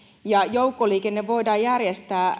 ja joukkoliikenne voidaan järjestää